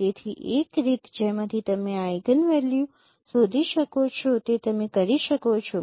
તેથી એક રીત જેમાંથી તમે આ આઇગનવેલ્યુ શોધી શકો છો તે તમે કરી શકો છો